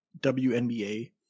WNBA